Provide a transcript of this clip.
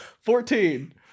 Fourteen